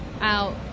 out